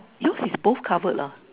you is both covered lah